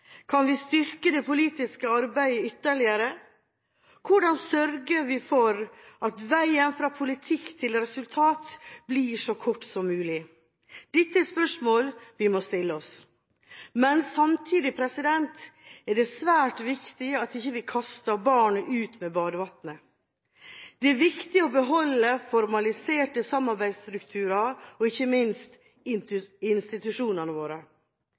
Kan vi styrke det politiske arbeidet ytterligere? Hvordan sørger vi for at veien fra politikk til resultat blir så kort som mulig? Dette er spørsmål vi må stille oss. Men samtidig er det svært viktig at vi ikke kaster barnet ut med badevannet. Det er viktig å beholde formaliserte samarbeidsstrukturer og ikke minst institusjonene våre.